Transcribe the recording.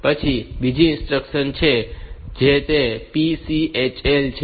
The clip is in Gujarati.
પછી બીજી ઇન્સ્ટ્રક્શન છે જે તે PCHL છે